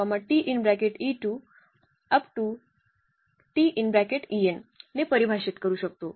तर आता आम्ही येथे ने परिभाषित करू शकतो